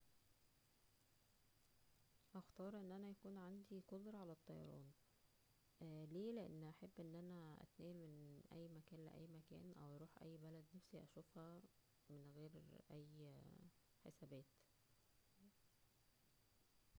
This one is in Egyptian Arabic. اختار ان انا يكون عندى قدرة على الطيران ل-ليه لان انا احب ان انا اتنفل من مكان لمكانو او اروح اى بلد انا نفسى اشوفها من غير اى حسابات